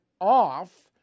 off